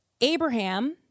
Abraham